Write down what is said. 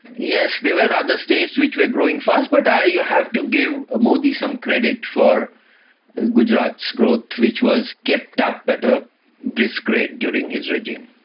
yes, there were other states which were growing fast, but you have to give modi some credit for gujarat's growth which was kept up at a brisk rate during his regime.